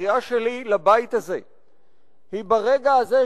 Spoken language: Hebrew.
הקריאה שלי לבית הזה היא ברגע הזה,